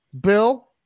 Bill